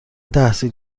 تحصیل